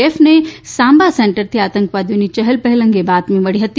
એફને સાંબા સેન્ટરથી આતંકવાદીઓની ચહલપહલ અંગે બાતમી મળી હતી